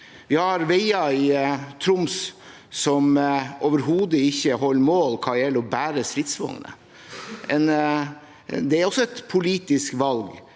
Vi har veier i Troms som overhodet ikke holder mål når det gjelder å bære stridsvognene. Det er også et politisk valg